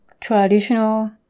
traditional